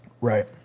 Right